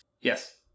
yes